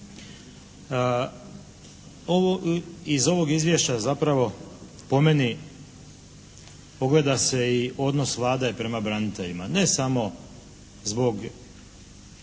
Iz ovog izvješća zapravo po meni ogleda se i odnos Vlade prema braniteljima, ne samo zbog